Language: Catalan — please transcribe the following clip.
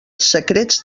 secrets